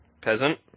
Peasant